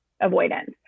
avoidance